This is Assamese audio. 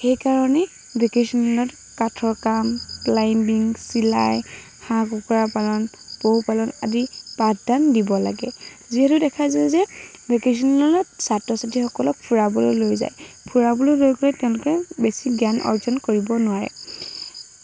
সেইকাৰণে ভেকেশ্যনেলত কাঠৰ কাম ক্লাইমবিংচ চিলাই হাঁহ কুকুৰা পালন পশুপালন আদি পাঠদান দিব লাগে যিহেতু দেখা যায় যে ভেকেশ্যনেলত ছাত্ৰ ছাত্ৰী সকলক ফুৰাবলৈ লৈ যায় ফুৰাবলৈ লৈ গৈ তেওঁলোকে বেছি জ্ঞান অৰ্জন কৰিব নোৱাৰে